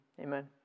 amen